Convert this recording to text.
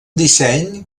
disseny